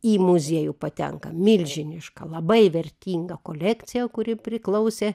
į muziejų patenka milžiniška labai vertinga kolekcija kuri priklausė